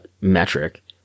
metric